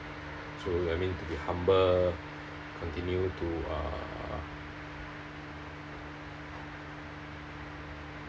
so I mean to be humble continue to uh